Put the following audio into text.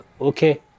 okay